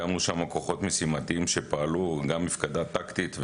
הקמנו שם כוחות משימתיים שפעלו גם מפקדה טקטית,